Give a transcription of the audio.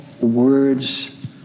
words